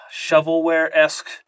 shovelware-esque